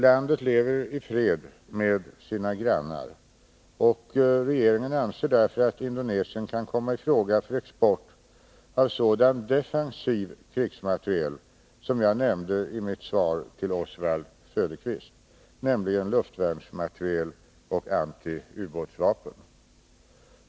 Landet lever i fred med sina grannar, och regeringen anser därför att Indonesien kan komma i fråga för export av sådan defensiv krigsmateriel som jag nämnde i mitt svar till Oswald Söderqvist, nämligen luftvärnsmateriel och antiubåtsvapen.